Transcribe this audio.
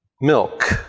milk